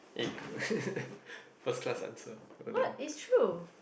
eh first class answer well done